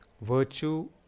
Virtue